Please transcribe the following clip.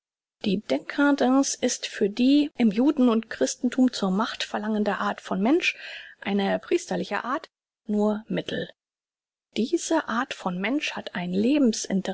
die dcadence ist für die im juden und christentum zur macht verlangende art von mensch eine priesterliche art nur mittel diese art von mensch hat ein